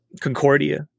concordia